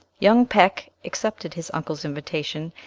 young peck accepted his uncle's invitation,